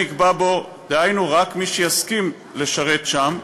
דהיינו, רק מי שיסכים לשרת שם.